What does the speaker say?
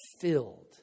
filled